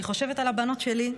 אני חושבת על הבנות שלי,